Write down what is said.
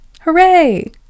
hooray